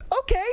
Okay